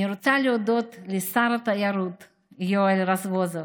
אני רוצה להודות לשר התיירות יואל רזבוזוב.